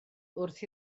wrth